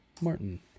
Martin